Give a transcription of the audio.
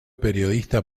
periodista